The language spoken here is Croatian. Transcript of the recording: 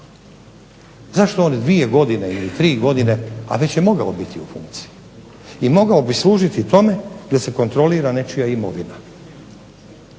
Zašto on dvije godine ili tri godine, a već je mogao biti u funkciji i mogao bi služiti tome da se kontrolira nečija imovina.